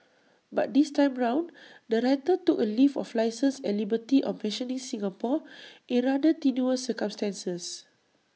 but this time round the writer took A leave of licence and liberty of mentioning Singapore in rather tenuous circumstances